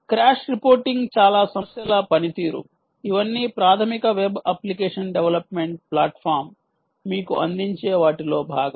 crash reporting చాలా సమస్యల పనితీరు ఇవన్నీ ప్రాథమిక వెబ్ అప్లికేషన్ డెవలప్మెంట్ ప్లాట్ఫాం మీకు అందించే వాటిలో భాగం